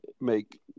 make